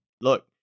look